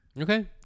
Okay